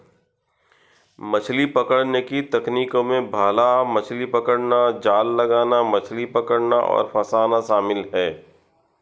मछली पकड़ने की तकनीकों में भाला मछली पकड़ना, जाल लगाना, मछली पकड़ना और फँसाना शामिल है